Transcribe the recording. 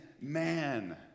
man